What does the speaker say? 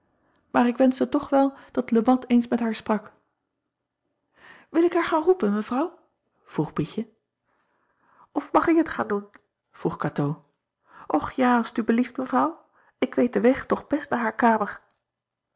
maar ik wenschte toch wel dat e at eens met haar sprak il ik haar gaan roepen evrouw vroeg ietje acob van ennep laasje evenster delen f mag ik het gaan doen vroeg atoo och ja als t u belieft evrouw k weet den weg toch best naar haar kamer